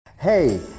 Hey